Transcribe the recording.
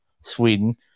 Sweden